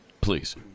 Please